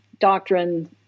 doctrine